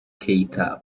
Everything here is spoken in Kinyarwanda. keita